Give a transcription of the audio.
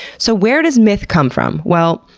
so where does myth comes from? well,